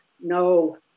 no